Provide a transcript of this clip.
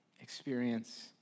experience